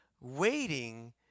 Waiting